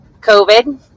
COVID